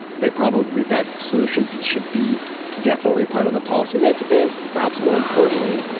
they problem with that solution should be definitely part of the policy mix. and perhaps more importantly,